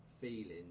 feeling